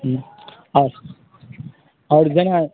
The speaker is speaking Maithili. हुँ आओर जेना